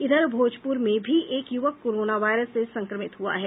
इधर भोजपुर में भी एक युवक कोरोना वायरस से संक्रमित हुआ है